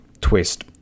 twist